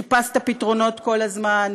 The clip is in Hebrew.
חיפשת פתרונות כל הזמן,